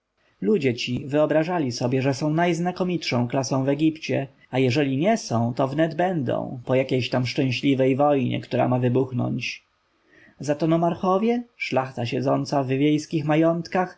ludzie ci wyobrażali sobie że są najznakomitszą klasą w egipcie a jeżeli nie są to wnet będą po jakiejś tam szczęśliwej wojnie która ma wybuchnąć zato nomarchowie szlachta siedząca w wiejskich majątkach